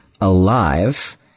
ALIVE